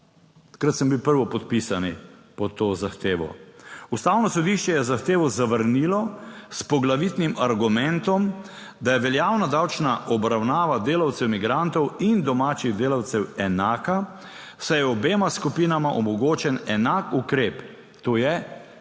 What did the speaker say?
Takrat sem bil prvopodpisani pod to zahtevo. Ustavno sodišče 36. TRAK: (VP) 16.55 (nadaljevanje) je zahtevo zavrnilo s poglavitnim argumentom, da je veljavna davčna obravnava delavcev migrantov in domačih delavcev enaka, saj je obema skupinama omogočen enak ukrep, to je